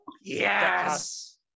yes